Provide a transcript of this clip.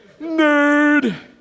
Nerd